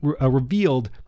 revealed